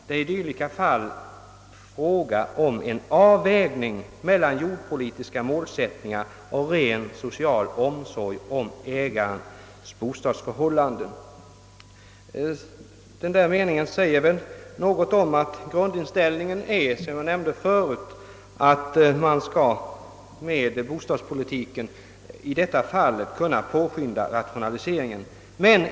Det är i dylika fall fråga om en avvägning mellan jordbrukspolitiska målsättningar och rent social omsorg om ägarens bostadsförhållanden.» Den meningen säger väl något om att grundinställningen som jag tidigare nämnde är den, att man med bostadspolitiken skulle kunna påskynda rationaliseringen.